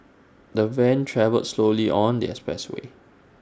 the van travelled slowly on the expressway